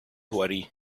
worry